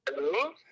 Hello